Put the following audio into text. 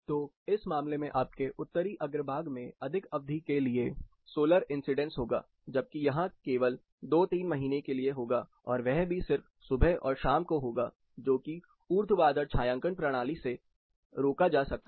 तो इस मामले में आपके उत्तरी अग्रभाग में अधिक अवधि के लिए सोलर इंसीडेंस होगा जबकि यहां केवल 2 3 महीने के लिए होगा और वह भी सिर्फ सुबह और शाम को होगा जो की ऊर्ध्वाधर छायांकन प्रणाली से रोका जा सकता है